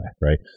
right